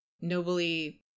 nobly